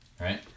right